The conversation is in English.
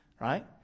right